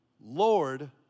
Lord